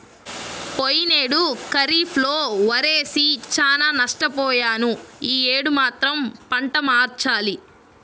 పోయినేడు ఖరీఫ్ లో వరేసి చానా నష్టపొయ్యాను యీ యేడు మాత్రం పంట మార్చాలి